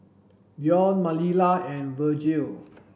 Deon Manilla and Vergil